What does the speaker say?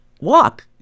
walk